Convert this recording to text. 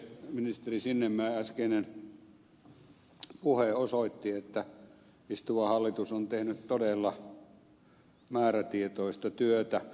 ministeri sinnemäen äskeinen puhe osoitti että istuva hallitus on tehnyt todella määrätietoista työtä